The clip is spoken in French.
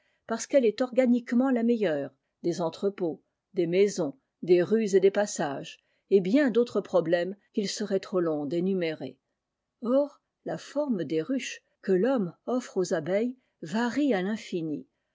parce qu'elle est organiquement la meilleure des entrepôts des maisons des rues et des passages et bien d'autres problèmes qu'il serait trop long d'énumérer or la forme des ruches que l'homme offre aux abeilles varie à rinfini